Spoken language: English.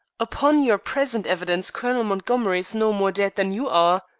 upon your present evidence colonel montgomery is no more dead than you are.